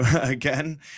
again